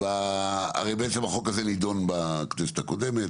הרי בעצם החוק הזה נידון בכנסת הקודמת